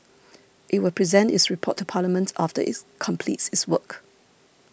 it will present its report to Parliament after its completes its work